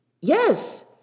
Yes